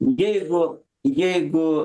jeigu jeigu